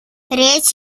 речь